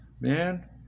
man